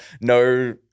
no